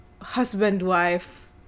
husband-wife